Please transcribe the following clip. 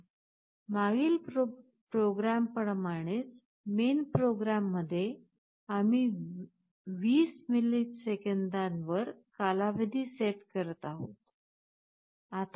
मागील प्रोग्रॅम प्रमाणेच मेन प्रोग्रॅममध्ये आम्ही 20 मिलिसेकंदांवर कालावधी सेट करत आहोत